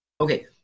okay –